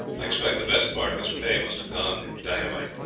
i expect the best part of his pay must have gone in dynamite.